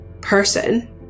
person